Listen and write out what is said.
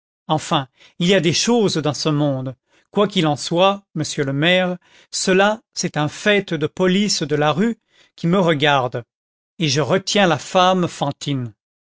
enfin il y a des choses dans ce monde quoi qu'il en soit monsieur le maire cela c'est un fait de police de la rue qui me regarde et je retiens la femme fantine